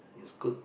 is good